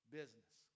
business